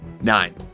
Nine